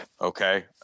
okay